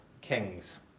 kings